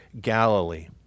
Galilee